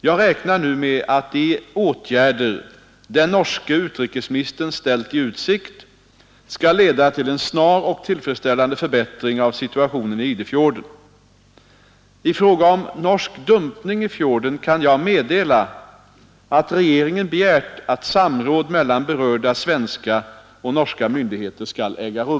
Jag räknar nu med att de åtgärder den norske utrikesministern ställt i utsikt skall leda till en snar och tillfredsställande förbättring av situationen i Idefjorden.